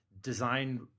design